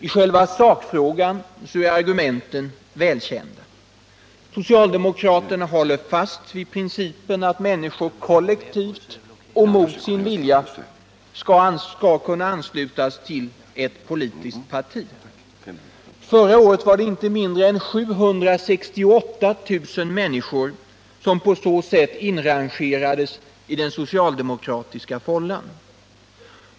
I själva sakfrågan är argumenten välkända. Socialdemokraterna håller fast vid principen att människor kollektivt och mot sin vilja skall kunna anslutas till ett politiskt parti. Förra året var det inte mindre än 768 000 människor som på så sätt inrangerades i den socialdemokratiska fållan.